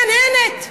ומהנהנת.